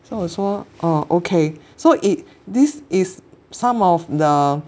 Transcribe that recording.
so 我说哦 okay so it this is some of the